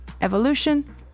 evolution